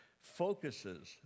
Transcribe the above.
focuses